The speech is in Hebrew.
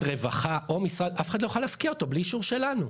רווחה אף אחד לא יכול להפקיע אותו בלי אישור שלנו.